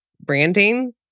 branding